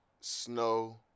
Snow